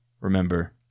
remember